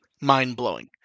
mind-blowing